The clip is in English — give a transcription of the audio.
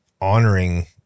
honoring